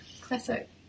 Classic